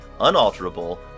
unalterable